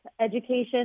education